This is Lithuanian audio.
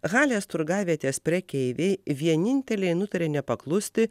halės turgavietės prekeiviai vieninteliai nutarė nepaklusti